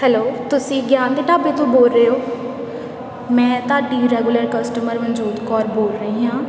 hello ਤੁਸੀਂ ਗਿਆਨ ਦੇ ਢਾਬੇ ਤੋਂ ਬੋਲ ਰਹੇ ਹੋ ਮੈਂ ਤੁਹਾਡੀ ਰੈਗੂਲਰ ਕਸਟਮਰ ਮਨਜੋਤ ਕੌਰ ਬੋਲ ਰਹੀ ਹਾਂ